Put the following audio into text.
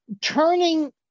turning